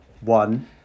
one